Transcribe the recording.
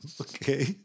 Okay